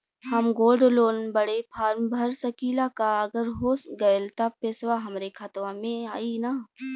हम gold loan बड़े form भर सकी ला का अगर हो गैल त पेसवा हमरे खतवा में आई ना?